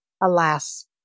Alas